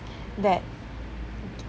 that